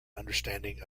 understanding